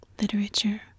Literature